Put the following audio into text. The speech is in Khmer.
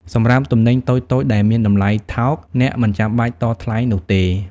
សម្រាប់ទំនិញតូចៗដែលមានតម្លៃថោក អ្នកមិនចាំបាច់តថ្លៃនោះទេ។